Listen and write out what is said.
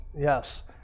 Yes